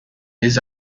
his